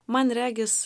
man regis